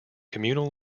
communal